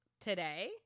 today